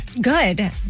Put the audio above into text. Good